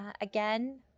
again